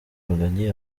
rugagi